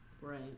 Right